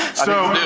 so,